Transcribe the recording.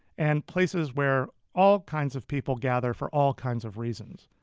and places where all kinds of people gather for all kinds of reasons.